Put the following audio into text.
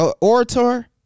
orator